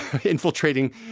infiltrating